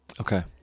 Okay